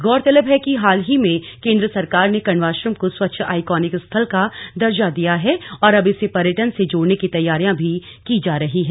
गौरतलब है कि हाल ही में केंद्र सरकार ने कण्वाश्रम को स्वच्छ आइकोनिक स्थल का दर्जा दिया है और अब इसे पर्यटन से जोड़ने की तैयारियां भी की जा रही हैं